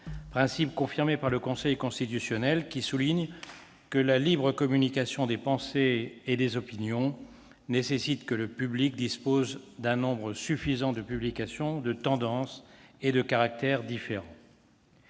principe confirmé par le Conseil constitutionnel : la libre communication des pensées et des opinions exige que le public dispose d'un nombre suffisant de publications de tendances et de caractères différents.